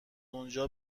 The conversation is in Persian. اونجا